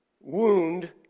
wound